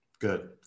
Good